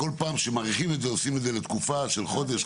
בכל פעם מאריכים את זה בתקופה של חודש,